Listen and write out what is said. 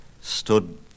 stood